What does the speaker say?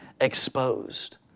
exposed